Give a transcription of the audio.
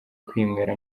kwinywera